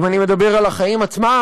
אם אני מדבר על החיים עצמם,